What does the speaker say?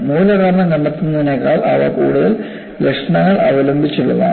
മൂലകാരണം കണ്ടെത്തുന്നതിനേക്കാൾ ഇത് കൂടുതൽ ലക്ഷണങ്ങൾ അവലംബിച്ച് ഉള്ളതാണ്